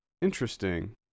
Interesting